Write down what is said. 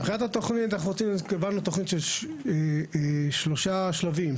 מבחינת התוכנית קבענו תוכנית של שלושה שלבים.